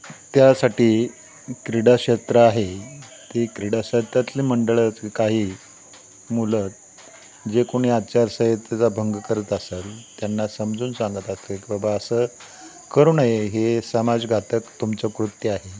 त्यासाठी क्रीडाक्षेत्र आहे ती क्रीडाक्षेत्रातली मंडळात काही मुलं जे कोणी आचारसंहितेचा भंग करत असाल त्यांना समजून सांगत असेल की बाबा असं करू नये हे समाज घातक तुमचं कृत्य आहे